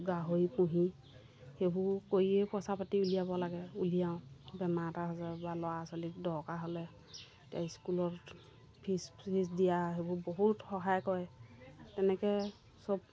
গাহৰি পুহি সেইবোৰ কৰিয়ে পইচা পাতি উলিয়াব লাগে উলিয়াওঁ বেমাৰ আজাৰৰপৰা বা ল'ৰা ছোৱালীক দৰকাৰ হ'লে এতিয়া স্কুলত ফিজ তিজ দিয়া সেইবোৰ বহুত সহায় কৰে তেনেকৈ চব